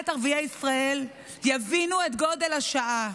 ערביי ישראל יבינו את גודל השעה.